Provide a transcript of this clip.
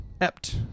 Ept